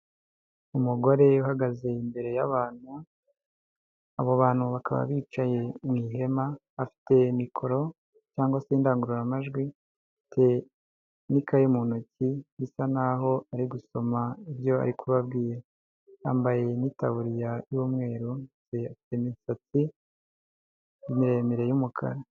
Umugore uhagaze imbere y'abantu, abo bantu bakaba bicaye mu ihema afite mikoro cyangwa se indangururamajwi afite n'ikayi mu ntoki bisa naho ari gusoma ibyo ari kubabwira, yambaye ni'taburiya y'umweru, afite imisatsi miremire y'umukara.